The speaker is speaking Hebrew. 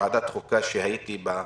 שבוועדת החוקה שהייתי בה,